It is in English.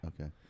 Okay